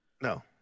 No